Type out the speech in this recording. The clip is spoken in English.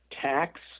tax